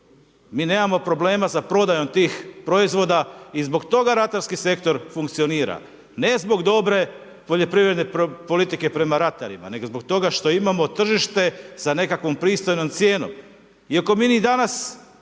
mi nemamo za prodajom tih proizvoda i zbog toga ratarski sektor funkcionira. Ne zbog dobre poljoprivredne politike prema ratarima, nego zbog toga što imamo tržište sa nekakvom pristojnom cijenom. Iako mi ni danas